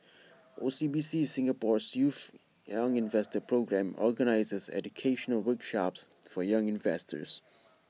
O C B C Singapore's youth young investor programme organizes educational workshops for young investors